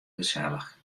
gesellich